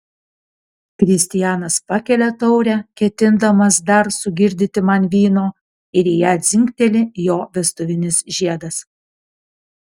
kristijanas pakelia taurę ketindamas dar sugirdyti man vyno ir į ją dzingteli jo vestuvinis žiedas